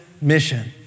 mission